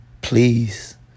please